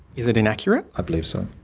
is it inaccurate? i believe so.